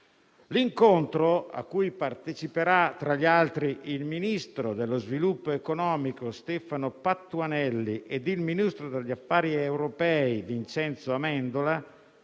L'incontro, cui parteciperanno, tra gli altri, il ministro dello sviluppo economico Stefano Patuanelli e il ministro per gli affari europei Vincenzo Amendola,